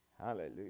Hallelujah